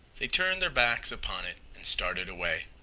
they turned their backs upon it and started away.